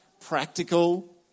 practical